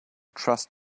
trust